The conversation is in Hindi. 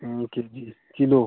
हाँ केजी है किलो